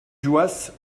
juas